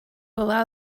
allow